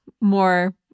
more